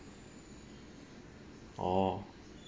orh